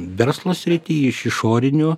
verslo srity iš išorinių